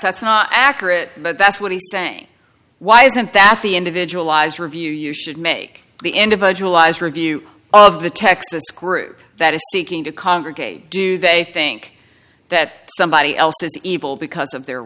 that's not accurate but that's what he's saying why isn't that the individual lives review you should make the individual eyes review of the texas group that is seeking to congregate do they think that somebody else is evil because of their